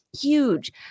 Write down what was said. huge